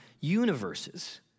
universes